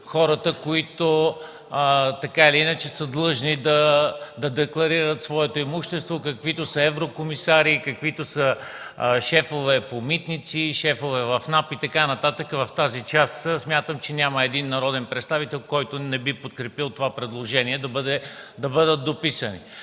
които така или иначе са длъжни да декларират своето имущество, каквито са еврокомисарите, каквито са шефове по митници, шефове в НАП и така нататък. В тази част смятам, че няма един народен представител, който не би подкрепил това предложение да бъдат дописани.